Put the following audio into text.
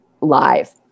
live